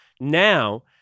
Now